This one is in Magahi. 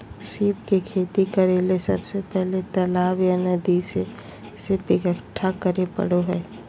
सीप के खेती करेले सबसे पहले तालाब या नदी से सीप इकठ्ठा करै परो हइ